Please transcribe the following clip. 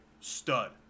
Stud